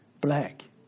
black